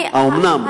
האומנם.